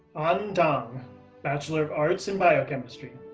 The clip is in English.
and um bachelor of arts in biochemistry.